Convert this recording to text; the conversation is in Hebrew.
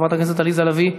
חברת הכנסת עליזה לביא,